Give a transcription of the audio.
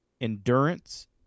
endurance